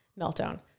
meltdown